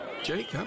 Jake